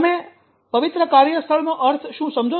તમે પવિત્ર કાર્યસ્થળ નો અર્થ શું સમજો છે